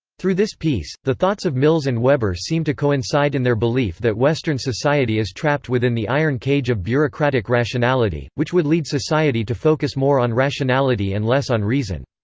through this piece, the thoughts of mills and weber seem to coincide in their belief that western society is trapped within the iron cage of bureaucratic rationality, which would lead society to focus more on rationality and less on reason.